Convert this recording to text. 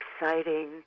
exciting